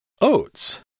Oats